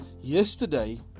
yesterday